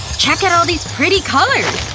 check out all these pretty colors!